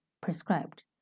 prescribed